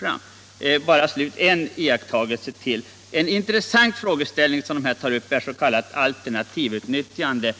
Till slut bara ytterligare en iakttagelse. En intressant frågeställning som tagits upp är s.k. alternativutnyttjande.